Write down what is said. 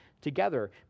together